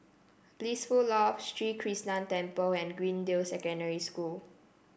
Blissful Loft Sri Krishnan Temple and Greendale Secondary School